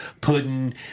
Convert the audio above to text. pudding